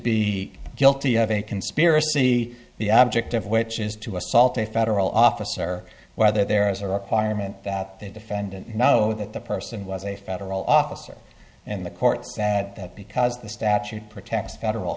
be guilty of a conspiracy the object of which is to assault a federal officer whether there is a requirement that the defendant know that the person was a federal officer and the court said that because the statute protects federal